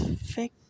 fake